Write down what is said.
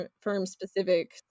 firm-specific